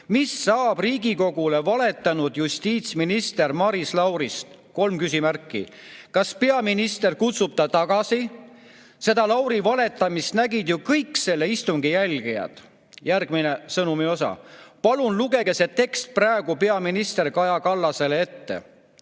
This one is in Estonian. mis saab Riigikogule valetanud justiitsminister Maris Laurist??? (Kolm küsimärki! – K. G.) Kas peaminister kutsub ta tagasi? Seda Lauri valetamist nägid ju kõik selle istungi jälgijad." Järgmine sõnumiosa: "Palun lugege see tekst praegu peaminister Kaja Kallasele ette."